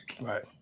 Right